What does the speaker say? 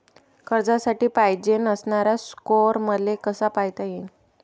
कर्जासाठी पायजेन असणारा स्कोर मले कसा पायता येईन?